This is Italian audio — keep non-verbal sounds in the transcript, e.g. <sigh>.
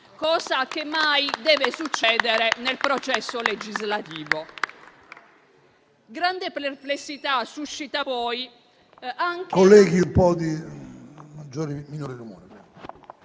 cosa che mai deve succedere nel processo legislativo. <applause> Grande perplessità suscita poi anche